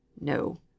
No